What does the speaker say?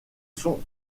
sont